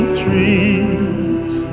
trees